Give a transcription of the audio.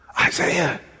Isaiah